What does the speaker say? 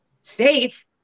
safe